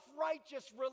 righteous